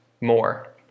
more